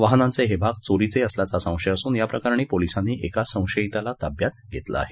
वाहनांचे हे भाग चोरीचे असल्याचा संशय असुन या प्रकरणी पोलिसांनी एका संशयिताला ताब्यात घेतलं आहे